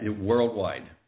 worldwide